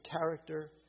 character